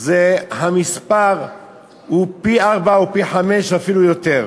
המספרים הם פי-ארבעה או פי-חמישה, ואפילו יותר.